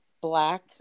black